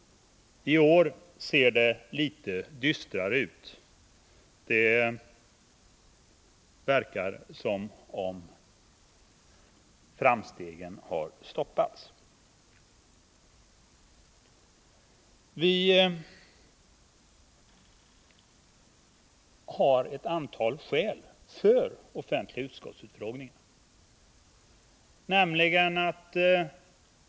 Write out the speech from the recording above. I år ser det litet dystrare ut. Det verkar som om framstegen har stoppats. Vi har ett antal skäl för offentliga utskottsutfrågningar.